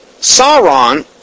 Sauron